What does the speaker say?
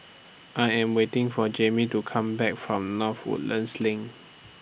I Am waiting For Jamey to Come Back from North Woodlands LINK